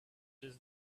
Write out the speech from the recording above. just